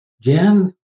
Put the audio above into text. Jan